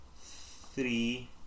three